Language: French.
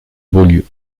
beaulieu